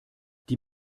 die